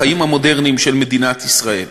בחיים המודרניים של מדינת ישראל.